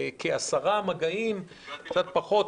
כעשרה מגעים, אולי קצת פחות.